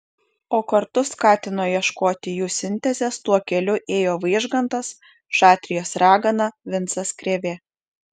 o kartu skatino ieškoti jų sintezės tuo keliu ėjo vaižgantas šatrijos ragana vincas krėvė